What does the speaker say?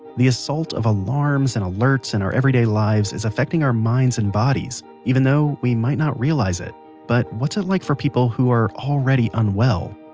the assault of alarms and alerts in our everyday lives is affecting our minds and bodies, even though we might not realise it but what's it like for people who are already unwell?